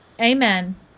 Amen